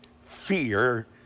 fear